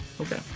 Okay